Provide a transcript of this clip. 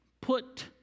put